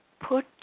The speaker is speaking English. put